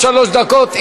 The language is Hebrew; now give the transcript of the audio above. עוד שלוש דקות.